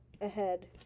ahead